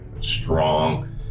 strong